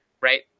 right